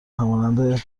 همانند